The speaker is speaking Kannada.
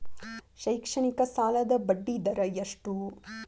ಶೈಕ್ಷಣಿಕ ಸಾಲದ ಬಡ್ಡಿ ದರ ಎಷ್ಟು?